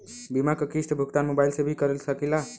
बीमा के किस्त क भुगतान मोबाइल से भी कर सकी ला?